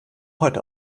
heute